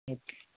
okay